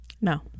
No